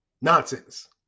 nonsense